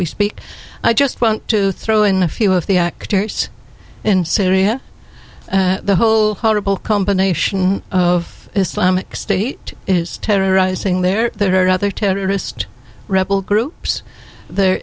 we speak i just want to throw in a few of the actors in syria the whole horrible combination of islamic state is terrorizing there there are other terrorist rebel groups there